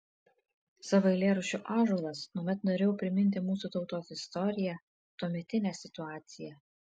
savo eilėraščiu ąžuolas tuomet norėjau priminti mūsų tautos istoriją tuometinę situaciją